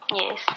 yes